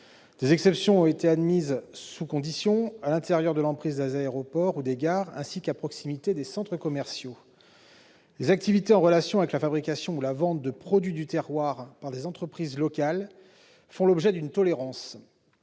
Des exceptions ont été admises, sous conditions, à l'intérieur de l'emprise des aéroports ou des gares, ainsi qu'à proximité des centres commerciaux. Les activités en relation avec la fabrication ou la vente de produits du terroir par des entreprises locales font l'objet d'une tolérance.